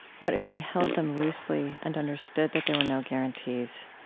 what if we held them loosely and understood that there were no guarantees?